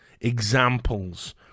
examples